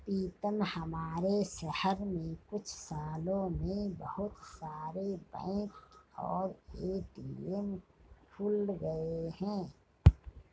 पीतम हमारे शहर में कुछ सालों में बहुत सारे बैंक और ए.टी.एम खुल गए हैं